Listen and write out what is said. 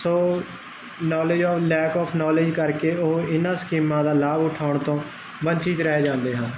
so knowledge of lack of knowledge ਕਰਕੇ ਉਹ ਇਹਨਾਂ ਸਕੀਮਾਂ ਦਾ ਲਾਭ ਉਠਾਉਣ ਤੋਂ ਵੰਛਿਤ ਰਹਿ ਜਾਂਦੇ ਹਨ